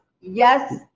Yes